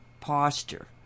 posture